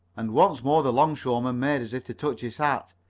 and once more the longshoreman made as if to touch his hat.